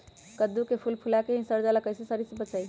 कददु के फूल फुला के ही सर जाला कइसे सरी से बचाई?